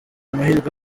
amahirwe